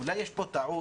אולי יש פה טעות.